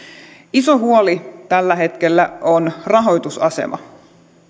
iso huoli tällä hetkellä on rahoitusasema